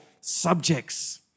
subjects